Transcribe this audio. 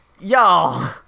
Y'all